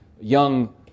young